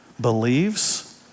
believes